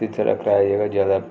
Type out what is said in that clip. इत्थै जेह्ड़ा कराया जेह्ड़ा ज्यादा